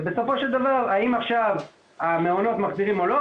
ובסופו של דבר, האם עכשיו המעונות מחזירים או לא?